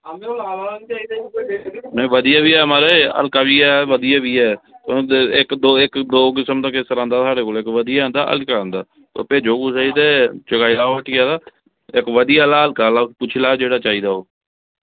बधिया बी ऐ म्हाराज हल्का बी ऐ ते बधिया बी ऐ दौ किस्म दा केसर आंदा साढ़े कोल इक्क बधिया आंदा इक्क हल्का आंदा तुस भेजो कुसै गी ते चुकाई लैओ हट्टिया दा इक्क बधिया आह्ला ते इक्क हल्का आह्ला ते पुच्छी लैयो जेह्ड़ा चाहिदा होग